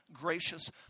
gracious